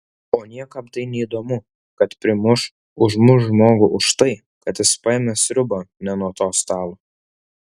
o niekam tai neįdomu kad primuš užmuš žmogų už tai kad jis paėmė sriubą ne nuo to stalo